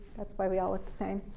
that's why we all look the same.